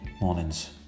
mornings